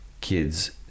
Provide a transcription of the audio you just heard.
kids